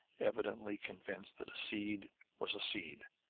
evidently convinced that a seed was a seed,